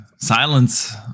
Silence